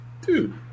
Dude